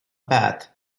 path